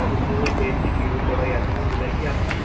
अच्छा तो जो वो पेट की कीड़ों की दवाई आती है वो दिलाई थी आप ने